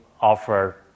offer